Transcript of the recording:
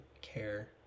care